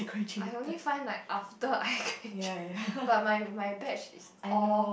I only find like after I graduate but my my batch is all